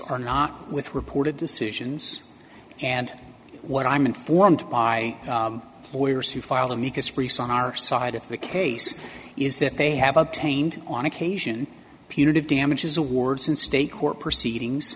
are not with reported decisions and what i'm informed by lawyers who filed amicus briefs on our side of the case is that they have obtained on occasion punitive damages awards in state court proceedings